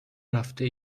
رفته